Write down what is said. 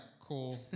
cool